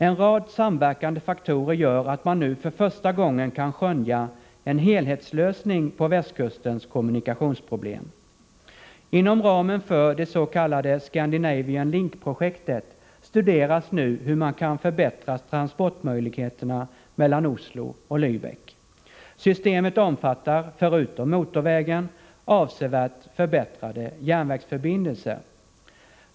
En rad samverkande faktorer gör att man nu för första gången kan skönja en helhetslösning på Västkustens kommunikationsproblem. Inom ramen för det så kallade Scandinavian Link-projektet studeras nu möjligheten att förbättra transportmöjligheterna mellan Oslo och Läbeck. Transportsystemet omfattar, förutom motorvägen, avsevärt förbättrade järnvägsförbindelser.